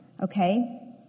okay